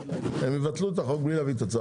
הם יבטלו את החוק מי יביא את הצו?